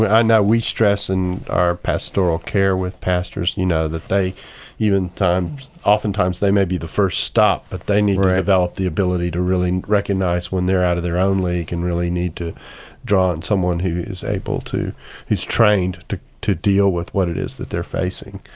i know we stress in our pastoral care with pastors, you know, that they oftentimes oftentimes they may be the first stop, but they need to develop the ability to really recognize when they're out of their own league, and really need to draw on someone who is able to is trained to to deal with what it is that they're facing.